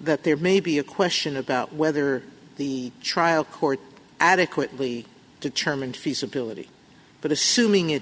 that there may be a question about whether the trial court adequately determined feasibility but assuming it